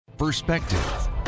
perspective